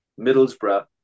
Middlesbrough